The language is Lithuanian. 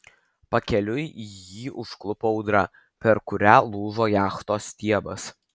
pakeliui jį užklupo audra per kurią lūžo jachtos stiebas